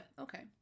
okay